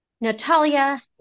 Natalia